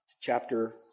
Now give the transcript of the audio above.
chapter